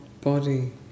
body